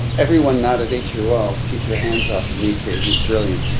everyone, not a nature. well keep your hands off, dmitry. he's brilliant.